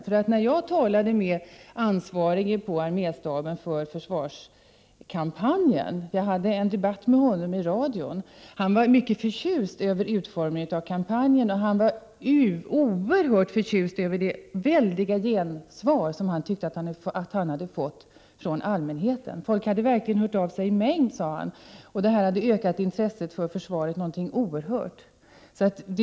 När jag i en radiodebatt talade med den som på försvarsstaben var ansvarig för försvarskampanjen, var denne mycket förtjust över utformningen av kampanjen. Han var också oerhört förtjust över det väldiga gensvar som han tyckte sig ha fått från allmänheten. Han sade att folk verkligen hade hört av sig i mängd, och detta hade ökat intresset för försvaret oerhört mycket.